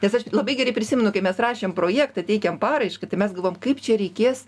nes aš labai gerai prisimenu kai mes rašėm projektą teikėm paraišką tai mes galvojom kaip čia reikės